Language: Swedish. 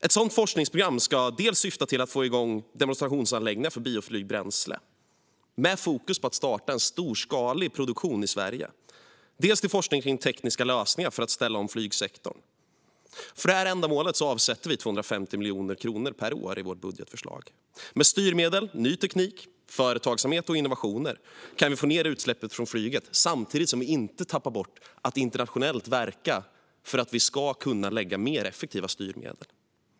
Ett sådant forskningsprogram ska syfta till att få igång dels demonstrationsanläggningar för bioflygbränsle, med fokus på att starta en storskalig produktion i Sverige, dels forskning kring tekniska lösningar för att ställa om flygsektorn. För detta ändamål avsätter vi 250 miljoner kronor per år i vårt budgetförslag. Med styrmedel, ny teknik, företagsamhet och innovationer kan vi få ned utsläppen från flyget samtidigt som vi inte tappar bort att verka internationellt för att kunna lägga fram mer effektiva styrmedel.